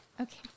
Okay